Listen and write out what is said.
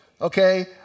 okay